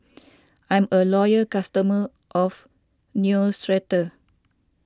I'm a loyal customer of Neostrata